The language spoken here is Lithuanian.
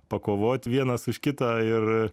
pakovot vienas už kitą ir